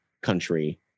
country